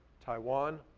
taiwan,